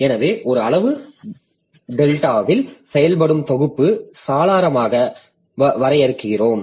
எனவே ஒரு அளவு டெல்டாவில் செயல்படும் தொகுப்பு சாளரமாக வரையறுக்கிறோம்